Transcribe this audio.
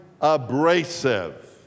abrasive